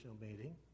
meeting